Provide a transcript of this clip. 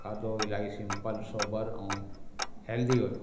खाधो इलाही simple sober ऐं हेल्दी हुयो